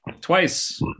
twice